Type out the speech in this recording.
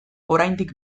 oraindik